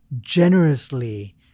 generously